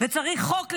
-- וצריך חוק לזה,